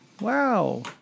Wow